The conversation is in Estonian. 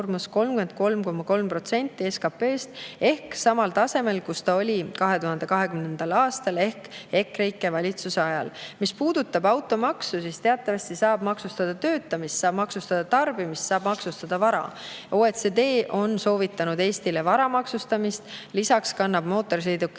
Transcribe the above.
33,3% SKP-st ehk samal tasemel, kus ta oli 2020. aastal ehk EKREIKE valitsuse ajal. Mis puudutab automaksu, siis teatavasti saab maksustada töötamist, saab maksustada tarbimist, saab maksustada vara. OECD on soovitanud Eestile vara maksustamist. Lisaks kannab mootorsõidukimaks